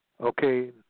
Okay